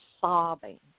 sobbing